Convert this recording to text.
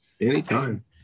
Anytime